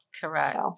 Correct